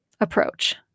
approach